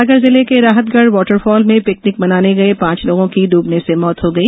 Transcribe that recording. सागर जिले के Rahatgarh water fall में पिकनिक मनाने गए पांच लोगो की डूबने से मौत हो गई